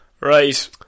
Right